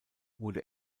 wurde